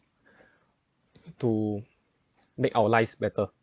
to make our lives better